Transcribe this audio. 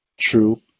True